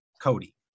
Cody